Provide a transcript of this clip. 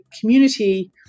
community